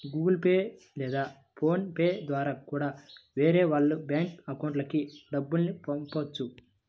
Google Pay లేదా PhonePe ద్వారా కూడా వేరే వాళ్ళ బ్యేంకు అకౌంట్లకి డబ్బుల్ని పంపొచ్చు